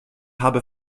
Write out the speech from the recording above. habe